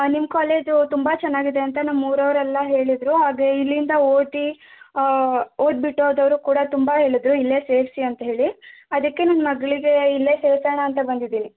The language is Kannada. ನಿಮ್ಮ ಕಾಲೇಜು ತುಂಬ ಚೆನ್ನಾಗಿದೆ ಅಂತ ನಮ್ಮ ಊರವ್ರು ಎಲ್ಲ ಹೇಳಿದರು ಅಂದರೆ ಇಲ್ಲಿಂದ ಓದಿ ಓದಿ ಬಿಟ್ಟು ಹೋದೋರು ಕೂಡ ತುಂಬ ಹೇಳದ್ರು ಇಲ್ಲೇ ಸೇರಿಸಿ ಅಂತ ಹೇಳಿ ಅದಕ್ಕೆ ನನ್ನ ಮಗಳಿಗೆ ಇಲ್ಲೇ ಸೇರ್ಸೋಣ ಅಂತ ಬಂದಿದ್ದೀನಿ